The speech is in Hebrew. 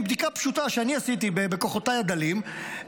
מבדיקה פשוטה שאני עשיתי בכוחותיי הדלים,